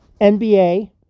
NBA